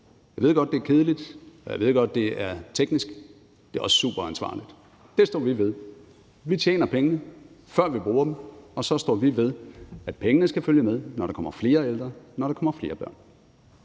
Jeg ved godt, at det er kedeligt, og jeg ved godt, at det er teknisk, men det er også superansvarligt. Det står vi ved. Vi tjener pengene, før vi bruger dem, og så står vi ved, at pengene skal følge med, når der kommer flere ældre, og når der kommer flere børn.